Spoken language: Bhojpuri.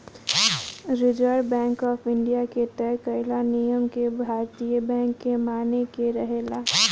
रिजर्व बैंक ऑफ इंडिया के तय कईल नियम के भारतीय बैंक के माने के रहेला